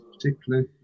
particularly